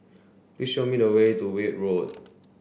please show me the way to Weld Road